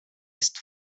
ist